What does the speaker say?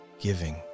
giving